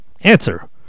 answer